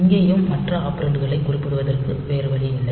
இங்கேயும் மற்ற ஆப்ரெண்ட்களைக் குறிப்பிடுவதற்கு வேறு வழியில்லை